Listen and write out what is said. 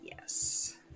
Yes